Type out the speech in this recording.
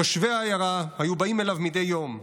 תושבי העיירה היו באים אליו מדי יום,